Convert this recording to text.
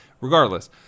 regardless